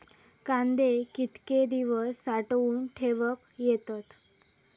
कांदे कितके दिवस साठऊन ठेवक येतत?